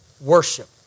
Worship